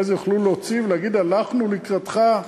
זה יוכלו להוציא ולהגיד "הלכנו לקראתך"